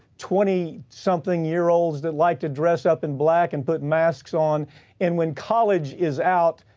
twenty something year olds that like to dress up in black and put masks on and when college is out,